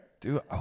Dude